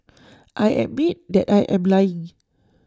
I admit that I am lying